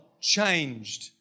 changed